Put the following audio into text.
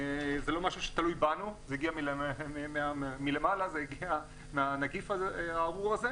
תלויה בנו אלא בנגיף הארור הזה,